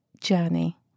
journey